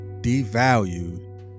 devalued